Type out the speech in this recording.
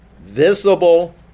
visible